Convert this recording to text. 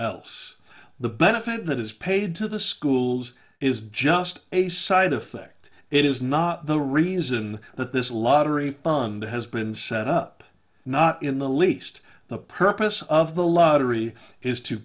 else the benefit that is paid to the schools is just a side effect it is not the reason that this lottery fund has been set up not in the least the purpose of the lottery is to